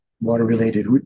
water-related